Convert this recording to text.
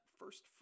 first